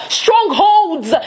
strongholds